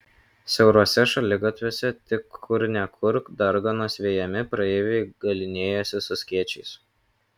siauruose šaligatviuose tik kur ne kur darganos vejami praeiviai galynėjosi su skėčiais